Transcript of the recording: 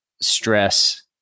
stress